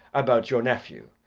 about your nephew,